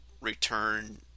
return